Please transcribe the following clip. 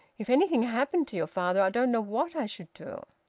if anything happened to your father, i don't know what i should do.